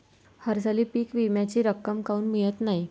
हरसाली पीक विम्याची रक्कम काऊन मियत नाई?